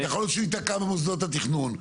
יכול להיות שהוא ייתקע במוסדות התכנון.